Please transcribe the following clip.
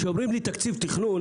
כשאומרים לי תקציב תכנון,